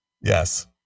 Yes